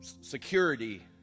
security